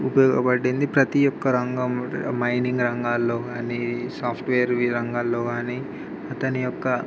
ఉపయోగపడింది ప్రతియొక్క రంగం మైనింగ్ రంగాలలో కానీ సాఫ్ట్వేర్ ఈ రంగాలలో కానీ అతని యొక్క